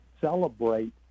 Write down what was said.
celebrate